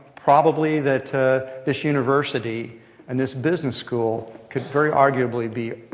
probably that this university and this business school could very arguably be